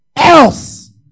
else